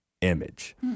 image